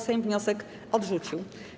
Sejm wniosek odrzucił.